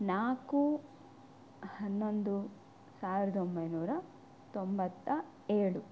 ನಾಲ್ಕು ಹನ್ನೊಂದು ಸಾವಿರದ ಒಂಬೈನೂರ ತೊಂಬತ್ತ ಏಳು